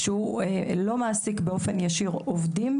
כשהוא לא מעסיק באופן ישיר עובדים,